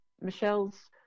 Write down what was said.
Michelle's